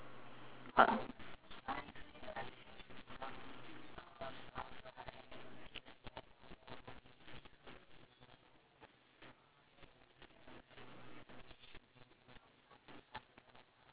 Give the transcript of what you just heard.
uh